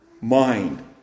mind